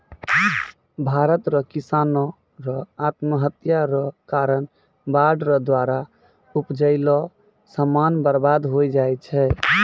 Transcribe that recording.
भारत रो किसानो रो आत्महत्या रो कारण बाढ़ रो द्वारा उपजैलो समान बर्बाद होय जाय छै